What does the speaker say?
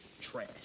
Trash